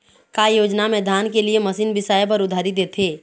का योजना मे धान के लिए मशीन बिसाए बर उधारी देथे?